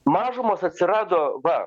mažumos atsirado va